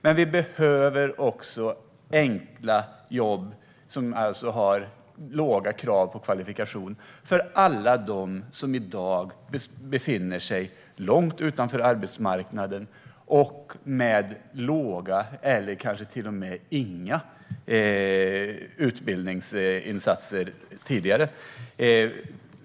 Men vi behöver också enkla jobb med låga krav på kvalifikation för alla dem som i dag befinner sig långt utanför arbetsmarknaden och som har fått låga eller kanske till och med inga utbildningsinsatser tidigare.